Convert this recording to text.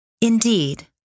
Indeed